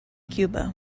cuba